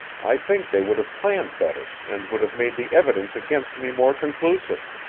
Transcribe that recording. i think they would have planned better and would have made the evidence against me more conclusive.